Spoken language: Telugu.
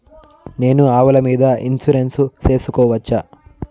నేను ఆవుల మీద ఇన్సూరెన్సు సేసుకోవచ్చా?